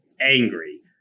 angry